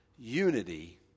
Unity